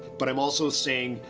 but i'm also saying,